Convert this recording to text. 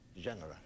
General